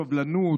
סובלנות,